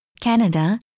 Canada